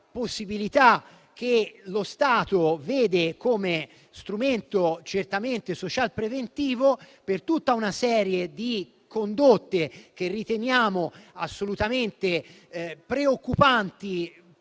possibilità, che lo Stato vede come strumento certamente social-preventivo, per tutta una serie di condotte che riteniamo assolutamente preoccupanti